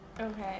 Okay